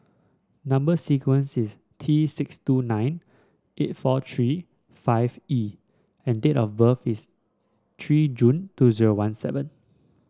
number sequence is T six two nine eight four three five E and date of birth is three June two zero one seven